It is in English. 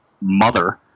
mother